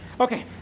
Okay